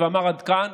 ואמר: עד כאן,